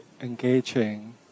engaging